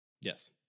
Yes